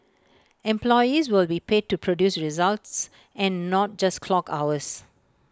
employees will be paid to produce results and not just clock hours